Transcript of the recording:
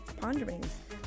ponderings